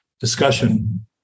discussion